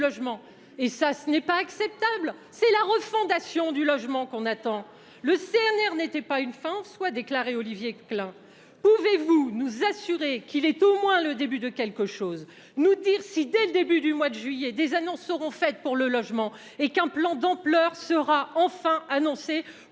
Ce n'est pas acceptable : c'est la refondation du logement que l'on attend !« Le CNR n'était pas une fin en soi », a déclaré Olivier Klein. Pouvez-vous nous assurer qu'il est au moins le début de quelque chose ? Pouvez-vous nous dire si, dès le début du mois de juillet, des annonces seront faites pour le logement et si un plan d'ampleur sera enfin annoncé